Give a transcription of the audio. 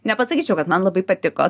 nepasakyčiau kad man labai patiko